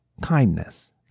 kindness